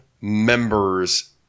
members